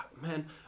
Man